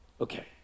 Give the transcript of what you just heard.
Okay